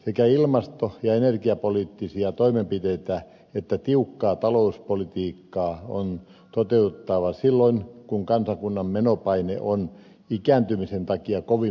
sekä ilmasto ja energiapoliittisia toimenpiteitä että tiukkaa talouspolitiikkaa on toteutettava silloin kun kansakunnan menopaine on ikääntymisen takia kovimmillaan